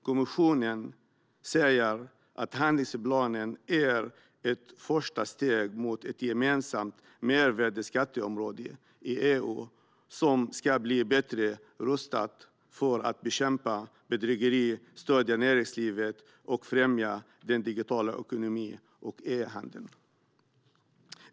Kommissionen säger att handlingsplanen är ett första steg mot ett gemensamt mervärdesskatteområde i EU som ska bli bättre rustat för att bekämpa bedrägeri, stödja näringslivet och främja den digitala ekonomin och e-handeln.